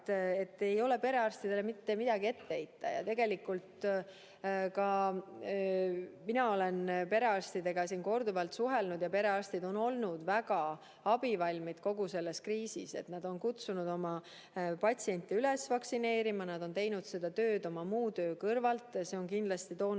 et ei ole perearstidele mitte midagi ette heita. Tegelikult ka mina olen perearstidega korduvalt suhelnud ja perearstid on olnud väga abivalmid kogu selles kriisis, nad on kutsunud oma patsiente üles vaktsineerima, nad on teinud seda tööd oma muu töö kõrvalt. Ja see on kindlasti toonud